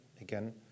again